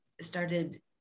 started